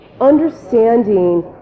understanding